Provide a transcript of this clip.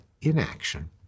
inaction